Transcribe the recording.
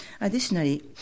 Additionally